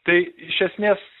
tai iš esmės